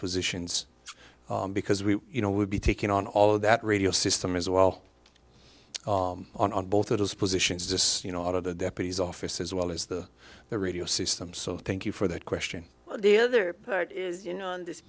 positions because we you know would be taking on all of that radio system as well on both of those positions just you know out of the deputy's office as well as the the radio system so thank you for that question the other part is you know this